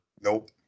Nope